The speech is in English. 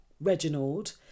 Reginald